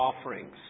offerings